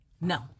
No